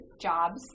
jobs